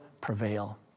prevail